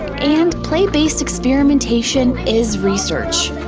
and play-based experimentation is research.